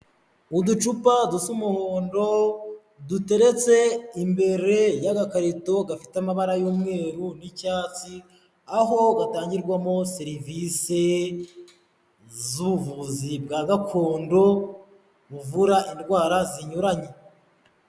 Uducupa dusa umuhondo duteretse imbere y'agakarito gafite amabara y'umweru n'icyatsi, aho gatangirwamo serivise z'ubuvuzi bwa gakondo buvura indwara zinyuranye.